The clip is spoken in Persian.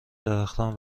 درختان